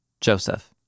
joseph